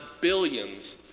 billions